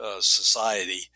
society